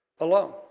Alone